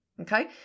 Okay